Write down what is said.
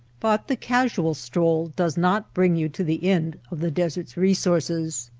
but the casual stroll does not bring you to the end of the desert s resources.